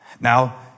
Now